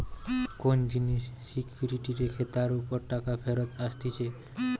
কোন জিনিস সিকিউরিটি রেখে তার উপর টাকা ফেরত আসতিছে